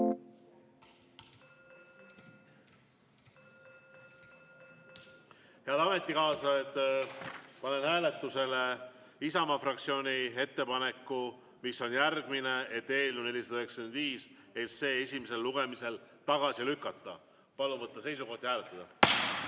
Head ametikaaslased, panen hääletusele Isamaa fraktsiooni ettepaneku, mis on järgmine: eelnõu 495 esimesel lugemisel tagasi lükata. Palun võtta seisukoht ja hääletada!